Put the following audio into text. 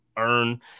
earn